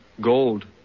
gold